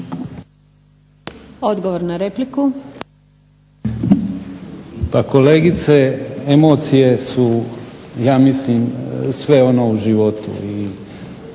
Vedran (HDZ)** Pa kolegice emocije su ja mislim sve ono u životu i